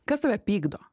kas tave pykdo